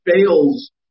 fails